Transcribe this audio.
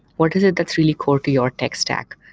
what is it that's really core to your tech stack,